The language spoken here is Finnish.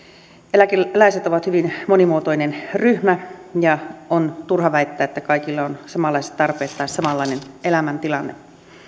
eläkeläiset ovat hyvin monimuotoinen ryhmä ja on turha väittää että kaikilla on samanlaiset tarpeet tai samanlainen elämäntilanne